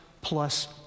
plus